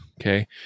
Okay